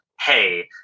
hey